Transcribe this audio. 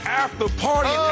after-party